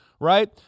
right